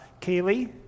Kaylee